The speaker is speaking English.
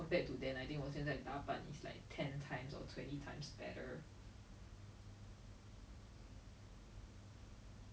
like for example like if our parents like 可能 like 没有很疼我们 then 我们小时候的时候跟我们的 grandparents 长大